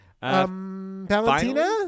Valentina